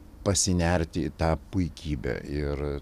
pasinerti į tą puikybę ir